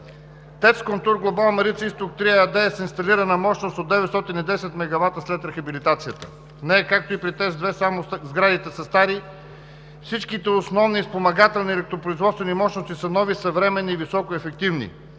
ТЕЦ „КонтурГлобал Марица Изток 3“ АД е с инсталирана мощност от 910 мегавата след рехабилитацията. В него, както и при ТЕЦ Марица изток 2, само сградите са стари. Всичките основни и спомагателни електропроизводствени мощности са нови, съвременни и високоефективни.